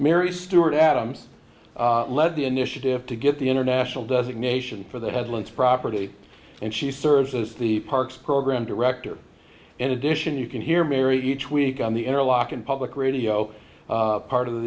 mary stuart adams led the initiative to get the international designation for the headless property and she serves as the parks program director in addition you can hear mary each week on the interlochen public radio part of